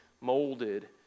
molded